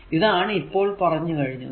ഇതാണ് ഇപ്പോൾ പറഞ്ഞു കഴിഞ്ഞത്